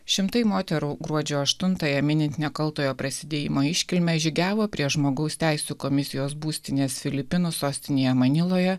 šimtai moterų gruodžio aštuntąją minint nekaltojo prasidėjimo iškilmę žygiavo prie žmogaus teisių komisijos būstinės filipinų sostinėje maniloje